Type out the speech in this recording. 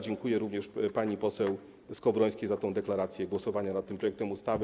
Dziękuję również pani poseł Skowrońskiej za deklarację głosowania nad tym projektem ustawy.